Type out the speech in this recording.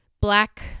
black